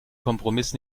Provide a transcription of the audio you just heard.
kompromiss